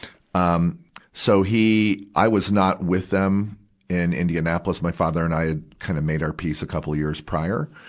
um so, he, i was not with them in indianapolis. my father and i kind of made our peace a couple of years prior.